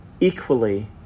equally